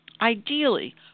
Ideally